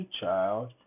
child